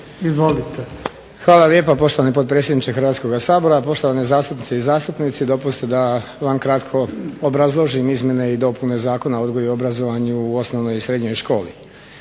(Nezavisni)** Hvala lijepa poštovani potpredsjedniče Hrvatskoga sabora, poštovane zastupnice i zastupnici. Dopustite da vam kratko obrazložim izmjene i dopune Zakona o odgoju i obrazovanju u osnovnoj i srednjoj školi.